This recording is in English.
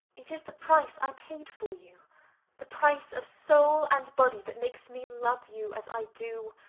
it is the price i paid for you the price of soul and body that makes me love you as i do.